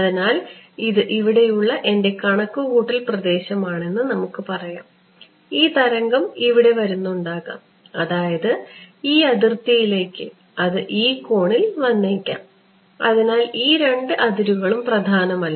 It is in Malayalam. അതിനാൽ ഇത് ഇവിടെയുള്ള എന്റെ കണക്കുകൂട്ടൽ പ്രദേശമാണെന്ന് നമുക്ക് പറയാം ഈ തരംഗം ഇവിടെ വരുന്നുണ്ടാകാം അതായത് ഈ അതിർത്തിയിലേക്ക് അത് ഈ കോണിൽ വന്നേക്കാം അതിനാൽ ഈ രണ്ട് അതിരുകളും പ്രധാനമല്ല